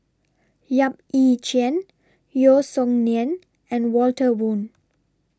Yap Ee Chian Yeo Song Nian and Walter Woon